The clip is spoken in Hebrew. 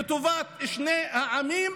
לטובת שני העמים,